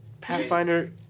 Pathfinder